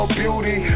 beauty